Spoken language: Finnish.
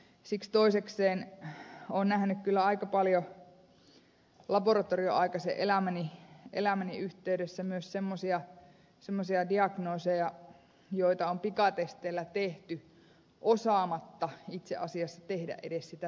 siksi toisekseen olen nähnyt kyllä aika paljon laboratorioaikaisen elämäni yhteydessä myös semmoisia diagnooseja joita on pikatesteillä tehty osaamatta itse asiassa tehdä edes sitä testiä